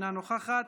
אינה נוכחת.